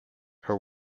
her